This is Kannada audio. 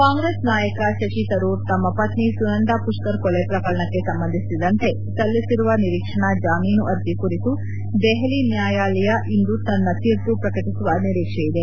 ಕಾಂಗ್ರೆಸ್ ನಾಯಕ ಶಶಿತರೂರ್ ತಮ್ಮ ಪತ್ನಿ ಸುನಂದಾ ಪುಷ್ಕರ್ ಕೊಲೆ ಪ್ರಕರಣಕ್ಕೆ ಸಂಬಂಧಿಸಿದಂತೆ ಸಲ್ಲಿಸಿರುವ ನಿರೀಕ್ಷಣಾ ಜಾಮೀನು ಅರ್ಜಿ ಕುರಿತು ದೆಹಲಿ ನ್ಯಾಯಾಲಯ ಇಂದು ತನ್ನ ತೀರ್ಪು ಪ್ರಕಟಿಸುವ ನಿರೀಕ್ಷೆ ಇದೆ